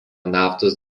naftos